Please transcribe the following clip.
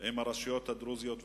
עם הרשויות הדרוזיות והצ'רקסיות.